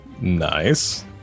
Nice